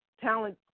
talent